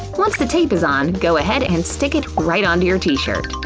once the tape is on, go ahead and stick it right onto your t-shirt.